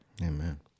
Amen